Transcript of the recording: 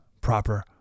proper